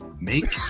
Make